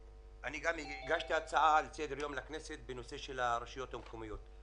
אני גם הגשתי הצעה לסדר יום לכנסת בנושא הרשויות המקומיות.